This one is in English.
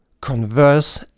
converse